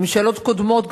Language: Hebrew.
מממשלות קודמות,